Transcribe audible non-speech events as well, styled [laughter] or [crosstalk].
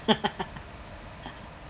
[laughs]